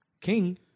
king